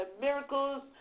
miracles